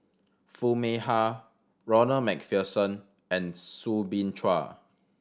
Foo Mee Har Ronald Macpherson and Soo Bin Chua